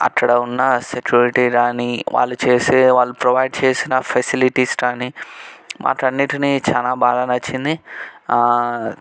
అక్కడ ఉన్న సెక్యూరిటీ గాని వాళ్ళు చేసే వాళ్ళు ప్రొవైడ్ చేసిన ఫెసిలిటీస్ గానీ వాటన్నిటిని చానా బాగా నచ్చింది